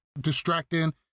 distracting